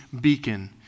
beacon